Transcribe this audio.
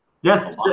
Yes